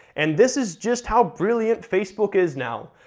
and this is just how brilliant facebook is now.